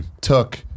took